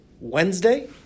Wednesday